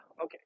okay